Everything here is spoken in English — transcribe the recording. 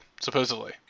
supposedly